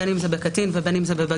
בין אם זה בקטין ובין אם זה בבגיר,